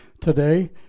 today